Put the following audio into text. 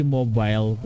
Mobile